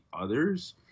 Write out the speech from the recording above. others